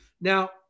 Now